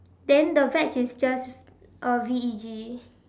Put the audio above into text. then the veg is just uh V E G